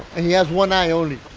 and he has one eye only